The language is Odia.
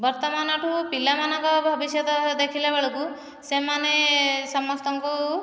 ବର୍ତ୍ତମାନଠୁ ପିଲାମାନଙ୍କ ଭବିଷ୍ୟତ ଦେଖିଲା ବେଳକୁ ସେମାନେ ସମସ୍ତଙ୍କୁ